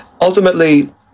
ultimately